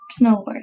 snowboard